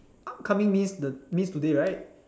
upcoming means today right